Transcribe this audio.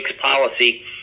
policy